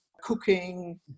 cooking